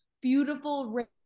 beautiful